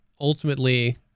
ultimately